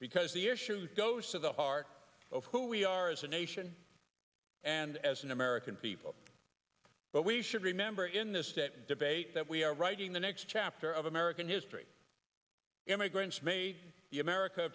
because the issue goes to the heart of who we are as a nation and as an american people but we should remember in this that debate that we are writing the next chapter of american history immigrants made the america